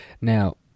Now